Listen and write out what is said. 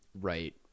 Right